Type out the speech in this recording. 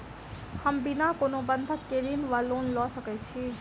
हम बिना कोनो बंधक केँ ऋण वा लोन लऽ सकै छी?